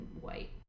white